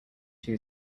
two